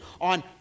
on